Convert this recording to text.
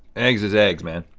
eggs is eggs, man.